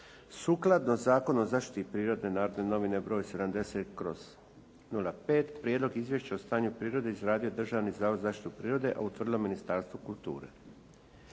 Sukladno Zakonu o zaštiti prirode "Narodne novine" br. 70/05. Prijedlog izvješća o stanju prirode izradio je Državni zavod za zaštiti prirode a utvrdilo Ministarstvo kulture.